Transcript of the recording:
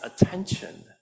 attention